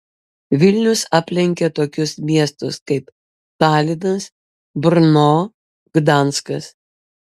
vilnius aplenkė tokius miestus kaip talinas brno gdanskas